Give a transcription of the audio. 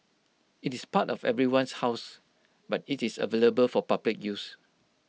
IT is part of everyone's house but IT is available for public use